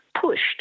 pushed